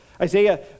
Isaiah